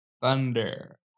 Thunder